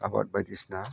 आबाद बायदिसिना